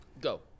Go